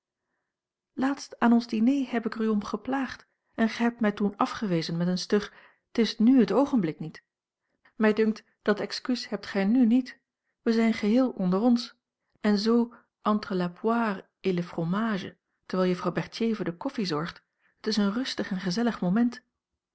laatst aan ons diner heb ik er u om geplaagd en gij hebt mij toen afgewezen met een stug t is n het oogenblik niet mij dunkt dat excuus hebt gij n niet wij zijn geheel onder ons en z entre la poire et le fromage terwijl juffrouw berthier voor de koffie zorgt het is een rustig en gezellig moment